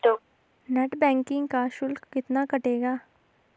Net banking का शुल्क कितना कटेगा?